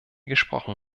gesprochen